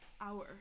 hour